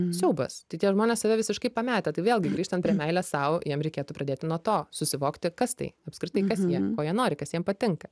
siaubas tai tie žmonės save visiškai pametę tai vėlgi grįžtant prie meilės sau jiem reikėtų pradėti nuo to susivokti kas tai apskritai kas jie ko jie nori kas jiem patinka